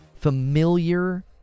familiar